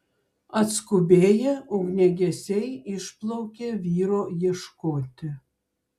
atskubėję ugniagesiai išplaukė vyro ieškoti